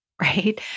right